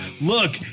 Look